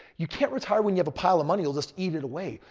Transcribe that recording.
you can't retire when you have a pile of money we'll just eat it away.